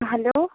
hello